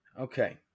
Okay